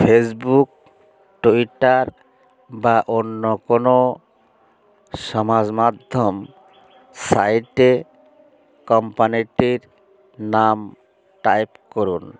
Facebook Twitter বা অন্য কোনও সমাজ মাধ্যম সাইটে কোম্পানিটির নাম টাইপ করুন